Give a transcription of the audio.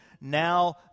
now